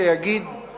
שיגיד כנ"ל,